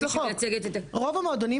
כמי שמייצגת --- כי היא לא מחוץ לחוק.